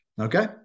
Okay